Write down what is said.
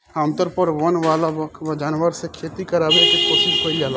आमतौर पर वन वाला जानवर से खेती करावे के कोशिस कईल जाला